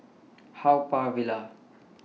Haw Par Villa